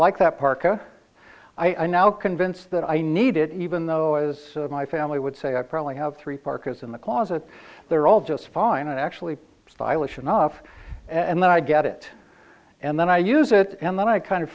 like that parka i'm now convinced that i need it even though as my family would say i probably have three parkas in the closet they're all just fine and actually stylish enough and then i get it and then i use it and then i kind of